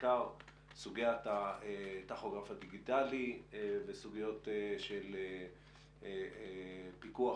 בעיקר סוגיית הטכוגרף הדיגיטלי וסוגיות של פיקוח,